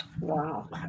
Wow